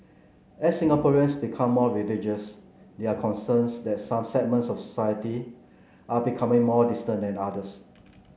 as Singaporeans become more religious there are concerns that some segments of society are becoming more distant and others